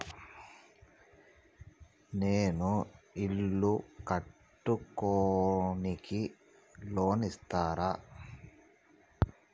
నేను ఇల్లు కట్టుకోనికి లోన్ ఇస్తరా?